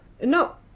No